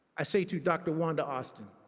i say to dr. wanda austin,